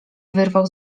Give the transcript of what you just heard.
wyrwał